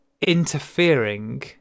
interfering